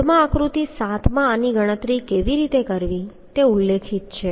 કોડમાં આકૃતિ 7 માં આની ગણતરી કેવી રીતે કરવી તે ઉલ્લેખિત છે